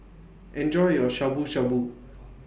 Enjoy your Shabu Shabu